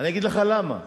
אני אגיד לך למה.